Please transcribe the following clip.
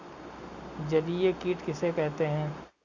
जलीय कीट किसे कहते हैं?